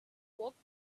walked